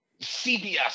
CBS